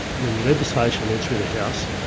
when the legislation went through the house,